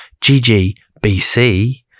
ggbc